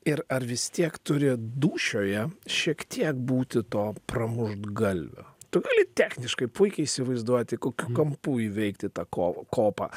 ir ar vis tiek turi dūšioje šiek tiek būti to pramuštgalvio tu gali techniškai puikiai įsivaizduoti kokiu kampu įveikti tą kovo kopą